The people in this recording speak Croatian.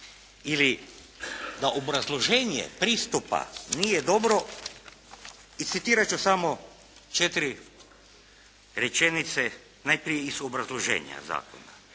ili da obrazloženje pristupa nije dobro i citirat ću samo četiri rečenice najprije iz obrazloženja zakona.